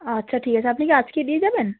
আচ্ছা ঠিক আছে আপনি কি আজকেই দিয়ে যাবেন